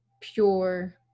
pure